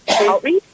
outreach